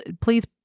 please